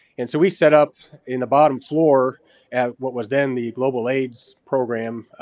and so we set up in the bottom floor at what was then the global aids program,